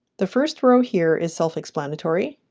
the first row here is self-explanatory.